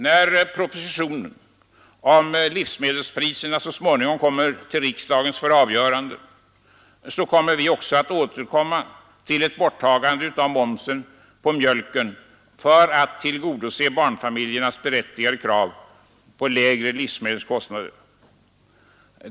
När propositionen om livsmedelspriserna så småningom kommer till riksdagen för avgörande skall vi återkomma till frågan om ett borttagande av momsen »på mjölk för att tillgodose barnfamiljernas berättigade krav på lägre livsmedelskostnader.